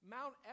Mount